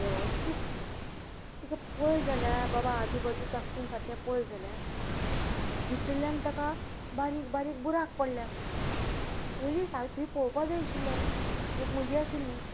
वेवस्थीत तेका पळयत जाल्यार बाबा आजूबाजून चांचपून सारकें पळय जाल्यार भितरल्यान ताका बारीक बारीक बुरांक पडल्यात पयली सारकीं पळोवपाक जाय आशिल्लें चूक म्हजी आशिल्ली